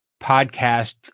podcast